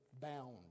bound